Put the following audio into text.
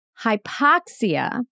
Hypoxia